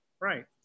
Right